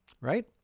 right